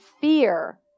fear